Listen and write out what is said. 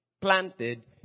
planted